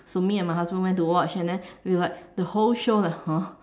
so me and my husband went to watch and then we were like the whole show like !huh!